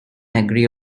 agree